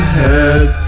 head